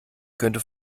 könnte